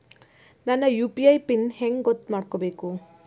ನನ್ನ UPI PIN ಹೆಂಗ್ ಗೊತ್ತ ಮಾಡ್ಕೋಬೇಕು?